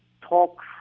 talk